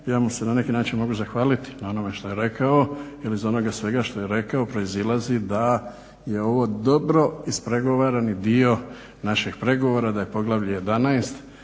Ja mu se na neki način mogu zahvaliti na onome što je rekao, jer iz onoga svega što je rekao proizilazi da je ovo dobro ispregovarani dio našeg pregovora, da je poglavlje XI.